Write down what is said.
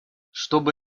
чтобы